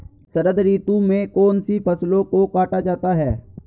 शरद ऋतु में कौन सी फसलों को काटा जाता है?